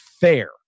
fair